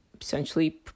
essentially